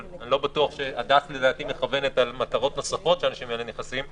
אבל הדס לדעתי מכוונת אל מטרות נוספות שהאנשים האלה נכנסים,